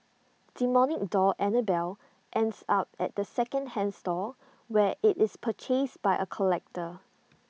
demonic doll Annabelle ends up at the second hand store where IT is purchased by A collector